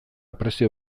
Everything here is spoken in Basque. prezio